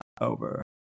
over